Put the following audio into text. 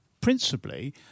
principally